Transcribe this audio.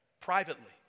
privately